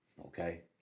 Okay